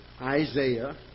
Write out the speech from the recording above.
Isaiah